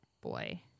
boy